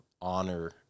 honor